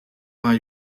vingt